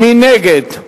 מי נגד?